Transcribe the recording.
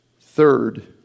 Third